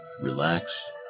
Relax